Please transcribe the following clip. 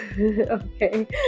Okay